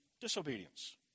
disobedience